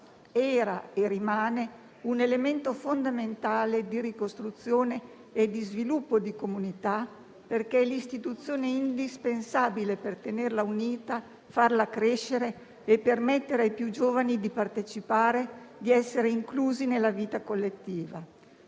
era e rimane un elemento fondamentale di ricostruzione e di sviluppo di comunità, perché è l'istituzione indispensabile per tenerla unita, farla crescere e permettere ai più giovani di partecipare, di essere inclusi nella vita collettiva.